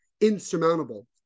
insurmountable